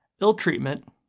Ill-treatment